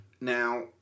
Now